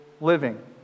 living